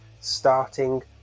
starting